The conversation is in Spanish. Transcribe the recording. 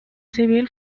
civil